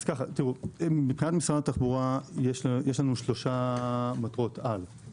מטעם משרד התחבורה יש לנו שלושה מטרות-על: